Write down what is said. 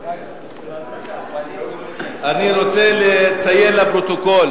אני רוצה לציין לפרוטוקול